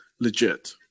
legit